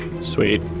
Sweet